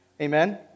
Amen